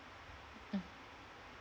mm